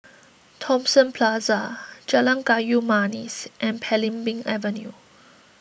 Thomson Plaza Jalan Kayu Manis and Belimbing Avenue